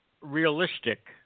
realistic